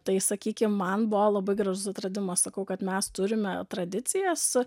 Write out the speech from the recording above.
tai sakykim man buvo labai gražus atradimas sakau kad mes turim tradicijas